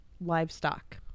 livestock